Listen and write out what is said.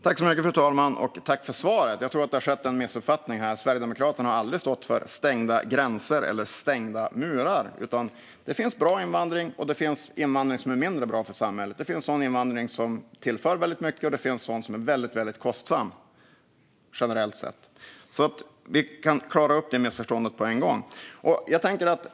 Fru talman! Jag tackar för svaret. Jag tror att det har skett en missuppfattning här. Sverigedemokraterna har aldrig stått för stängda gränser eller stängda murar. Det finns bra invandring, och det finns invandring som är mindre bra för samhället. Det finns sådan invandring som tillför väldigt mycket, och det finns sådan som är väldigt kostsam generellt sett. Det missförståndet kan vi klara upp på en gång.